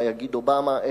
מה יגיד אובמה,